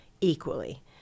equally